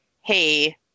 Hey